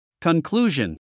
Conclusion